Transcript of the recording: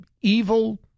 evil